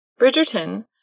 Bridgerton